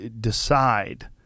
decide